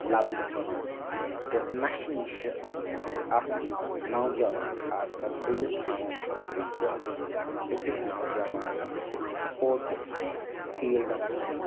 لَبنہٕ یِوان تہٕ نَشہِ نِشہِ اَکھ نوجوان خاص کَر دوٗر تھاونہٕ خٲطرٕ چھِ أکِس نوجوانَس سپوٹٕس فیٖلڈَس کُن